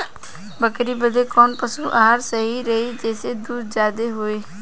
बकरी बदे कवन पशु आहार सही रही जेसे दूध ज्यादा होवे?